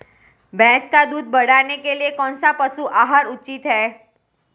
भैंस का दूध बढ़ाने के लिए कौनसा पशु आहार उचित है?